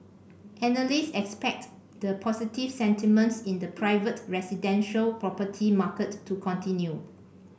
analysts expect the positive sentiments in the private residential property market to continue